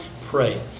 pray